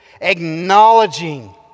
acknowledging